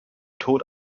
tod